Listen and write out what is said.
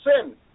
sin